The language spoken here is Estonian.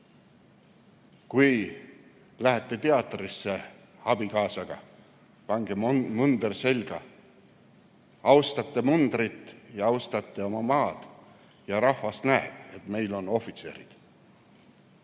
Kui lähete teatrisse abikaasaga, pange munder selga. Te austate mundrit ja austate oma maad ja rahvast. Näe, meil on ohvitserid!